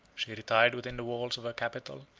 she retired within the walls of her capital,